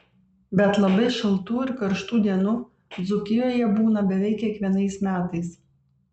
bet labai šaltų ir karštų dienų dzūkijoje būna beveik kiekvienais metais